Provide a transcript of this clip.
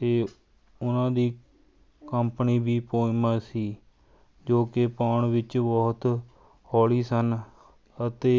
ਅਤੇ ਉਨ੍ਹਾਂ ਦੀ ਕੰਪਨੀ ਵੀ ਪਿਊਮਾ ਸੀ ਜੋ ਕਿ ਪਾਉਣ ਵਿੱਚ ਬਹੁਤ ਹੌਲੇ ਸਨ ਅਤੇ